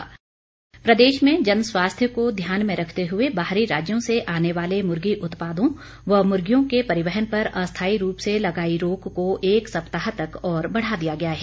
वीरेंद्र कवंर प्रदेश में जनस्वास्थ्य को ध्यान में रखते हुए बाहरी राज्यों से आने वाले मुर्गी उत्पादों व मुर्गियों के परिवहन पर अस्थाई रूप से लगाई गई रोक को एक सप्ताह तक और बढ़ा दिया गया है